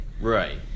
right